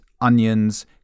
onions